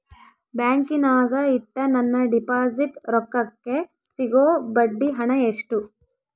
ಬ್ಯಾಂಕಿನಾಗ ಇಟ್ಟ ನನ್ನ ಡಿಪಾಸಿಟ್ ರೊಕ್ಕಕ್ಕೆ ಸಿಗೋ ಬಡ್ಡಿ ಹಣ ಎಷ್ಟು?